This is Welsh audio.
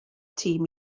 tîm